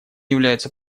являются